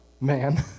man